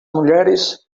mulheres